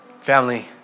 Family